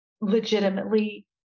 legitimately